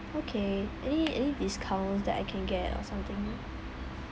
okay any any discounts that I can get or something